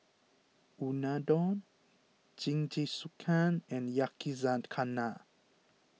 Unadon Jingisukan and Yakizakana